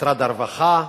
משרד הרווחה.